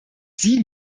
sie